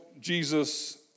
Jesus